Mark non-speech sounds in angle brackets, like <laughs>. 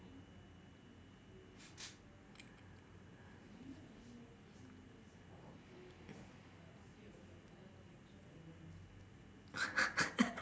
<laughs>